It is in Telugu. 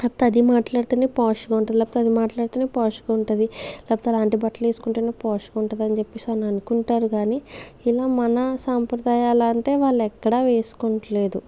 లేకపోతే అది మాట్లాడితేనే పాష్గా ఉంటుంది లేకపోతే అది మాట్లాడితేనే పాష్గా ఉంటుంది లేకపోతే అలాంటి బట్టలు వేసుకుంటేనే పాష్గా ఉంటుంది అని చెప్పేసని అనుకుంటారు కాని ఇలా మన సాంప్రదాయాలంటే వాళ్ళేక్కడా వేసుకుంట్లేదు